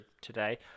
today